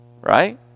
right